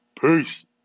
Peace